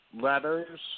letters